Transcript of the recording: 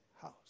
house